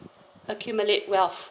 accumulate wealth